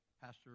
Pastor